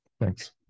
Thanks